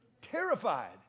Terrified